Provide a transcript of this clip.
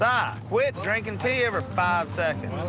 ah quit drinking tea every five seconds.